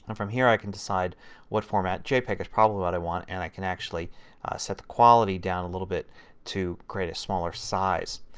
and from here i can decide what format. jpeg is probably what i want. and i can actually set the quality down a little bit to create a smaller size.